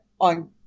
on